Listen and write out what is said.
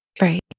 Right